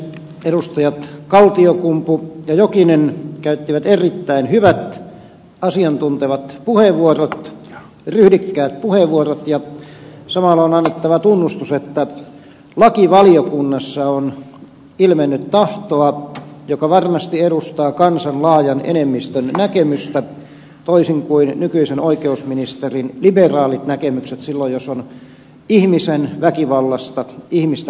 edustajat kaltiokumpu ja jokinen käyttivät erittäin hyvät asiantuntevat puheenvuorot ryhdikkäät puheenvuorot ja samalla on annettava tunnustus että lakivaliokunnassa on ilmennyt tahtoa joka varmasti edustaa kansan laajan enemmistön näkemystä toisin kuin nykyisen oikeusministerin liberaalit näkemykset silloin jos on ihmisen väkivallasta ihmistä kohtaan kyse